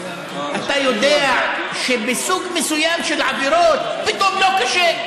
אתה יודע שבסוג מסוים של עבירות פתאום לא קשה.